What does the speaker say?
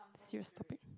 serious topics